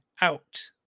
out